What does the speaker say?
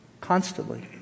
constantly